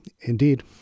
Indeed